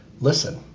listen